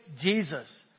Jesus